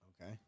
Okay